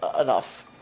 enough